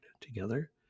Together